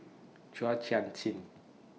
Chua Chin Sian